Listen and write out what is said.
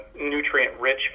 nutrient-rich